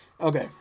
okay